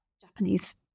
Japanese